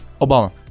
Obama